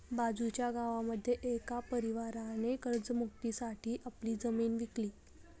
बाजूच्या गावामध्ये एका परिवाराने कर्ज मुक्ती साठी आपली जमीन विकली